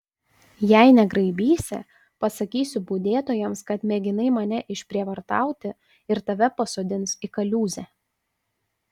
jei negraibysi pasakysiu budėtojams kad mėginai mane išprievartauti ir tave pasodins į kaliūzę